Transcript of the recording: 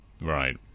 Right